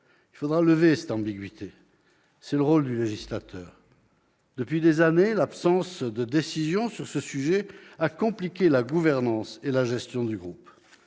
Il faudra lever cette ambiguïté ; c'est le rôle du législateur. Depuis des années, l'absence de décision sur ce sujet a compliqué la gouvernance et la gestion du groupe.